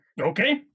okay